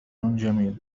جميل